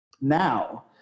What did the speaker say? now